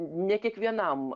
ne kiekvienam